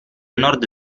nord